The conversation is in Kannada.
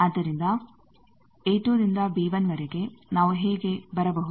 ಆದ್ದರಿಂದ a2 ರಿಂದ b1ವರೆಗೆ ನಾವು ಹೇಗೆ ಬರಬಹುದು